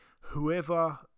whoever